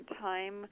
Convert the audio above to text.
time